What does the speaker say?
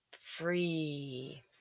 Free